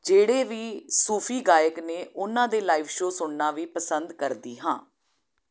ਜਿਹੜੇ ਵੀ ਸੂਫੀ ਗਾਇਕ ਨੇ ਉਹਨਾਂ ਦੇ ਲਾਈਵ ਸ਼ੋ ਸੁਣਨਾ ਵੀ ਪਸੰਦ ਕਰਦੀ ਹਾਂ